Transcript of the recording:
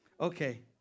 okay